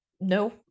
no